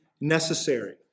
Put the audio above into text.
necessary